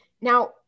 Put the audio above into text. Now